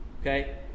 Okay